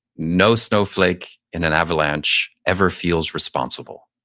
no snowflake in an avalanche ever feels responsible.